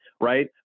right